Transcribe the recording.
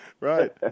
Right